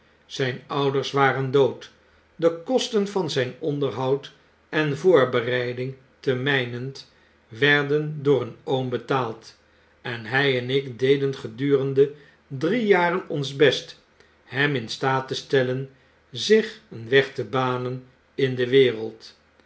zyn ouders waren dood de kosten van zijn onderhoud en voorbereiding te mynent werden door een oom betaald en hy en ik deden gedurende drie jaren ons best hem in staat te stellen zich een weg te banen in de wereld